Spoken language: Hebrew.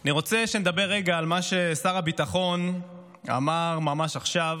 אני רוצה שנדבר רגע על מה ששר הביטחון אמר ממש עכשיו.